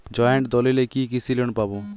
Joint দলিলে কি কৃষি লোন পাব?